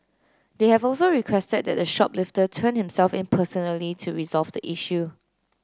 they have also requested that the shoplifter turn himself in personally to resolve the issue